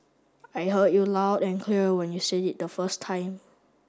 I heard you loud and clear when you said it the first time